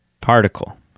particle